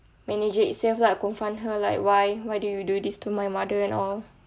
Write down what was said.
manager itself lah confront her like why why do you do this to my mother and all